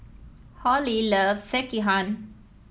Holly loves Sekihan